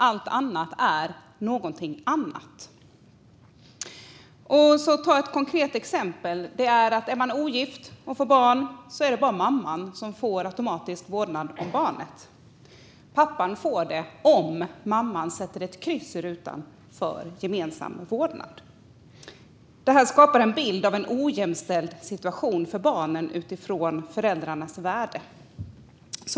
Allt annat är någonting annat. För att ta ett konkret exempel: Om man är ogift och får barn är det bara mamman som får automatisk vårdnad om barnet. Pappan får det om mamman sätter ett kryss i rutan för gemensam vårdnad. Detta skapar en situation där barnen får en ojämställd bild av föräldrarnas värde.